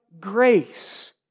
grace